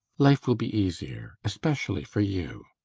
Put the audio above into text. life will be easier especially for you.